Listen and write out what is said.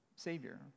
savior